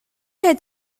had